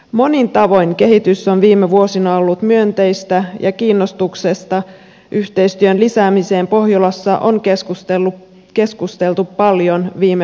monin tavoin kehitys on viime vuosina ollut myönteistä ja kiinnostuksesta yhteistyön lisäämiseen pohjolassa on keskusteltu paljon viime aikoina